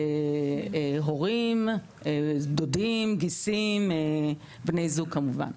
הורים, דודים, גיסים, בני זוג כמובן.